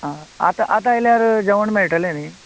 आं आतां आतां आयल्यार जेवण मेळटलें न्ही